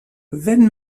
wenn